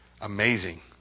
Amazing